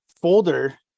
folder